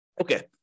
Okay